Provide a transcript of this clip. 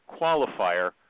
qualifier